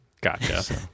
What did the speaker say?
Gotcha